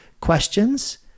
questions